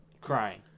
crying